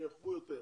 שיאכפו יותר.